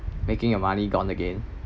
making your money gone again